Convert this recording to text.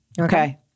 Okay